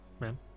ma'am